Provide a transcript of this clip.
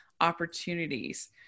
opportunities